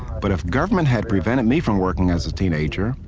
but if government had prevented me from working as a teenager,